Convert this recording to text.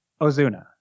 Ozuna